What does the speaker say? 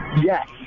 Yes